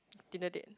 Tinder date